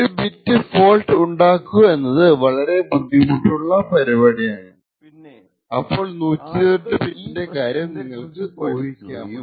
ഒരു bit fault ഉണ്ടാക്കുക എന്നത് വളരെ ബുദ്ധിമുട്ടുള്ള പരിപാടിയാണ് അപ്പോൾ 128 ബിറ്റിന്റെ കാര്യം നിങ്ങള്ക്ക് ഊഹിക്കാമല്ലോ